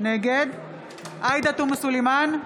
נגד עאידה תומא סלימאן,